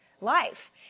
life